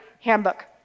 handbook